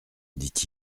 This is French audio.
dit